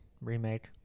remake